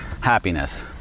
happiness